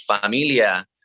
familia